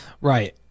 Right